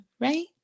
right